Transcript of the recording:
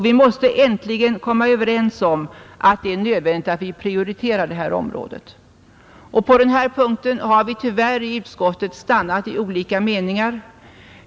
Vi måste äntligen komma överens om att det är nödvändigt att vi prioriterar detta område. På denna punkt har vi tyvärr i utskottet stannat i olika meningar.